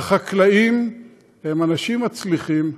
והחקלאים הם אנשים מצליחים,